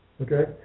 Okay